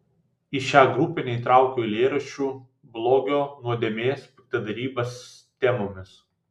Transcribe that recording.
į šią grupę neįtraukiau eilėraščių blogio nuodėmės piktadarybės temomis